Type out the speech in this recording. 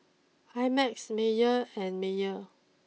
I Max Mayer and Mayer